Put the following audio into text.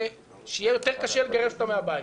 שיהיה יותר קשה לגרש אותם מהבית.